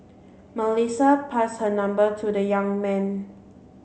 Melissa pass her number to the young man